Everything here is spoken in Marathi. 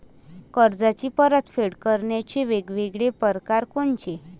कर्जाची परतफेड करण्याचे वेगवेगळ परकार कोनचे?